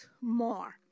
more